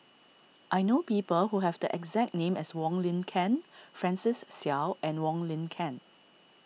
I know people who have the exact name as Wong Lin Ken Francis Seow and Wong Lin Ken